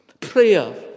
Prayer